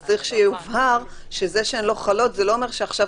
אז צריך שיובהר שזה שהן לא חלות זה לא אומר שעכשיו